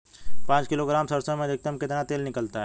पाँच किलोग्राम सरसों में अधिकतम कितना तेल निकलता है?